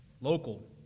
local